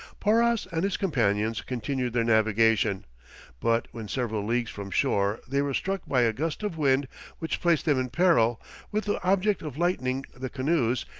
porras and his companions continued their navigation but when several leagues from shore, they were struck by a gust of wind which placed them in peril with the object of lightening the canoes,